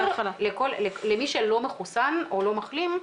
למי שלא מחוסן או לא מחלים,